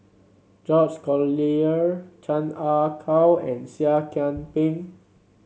George Collyer Chan Ah Kow and Seah Kian Peng